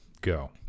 Go